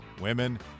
women